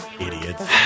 idiots